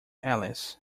alice